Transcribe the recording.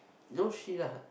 no shit ah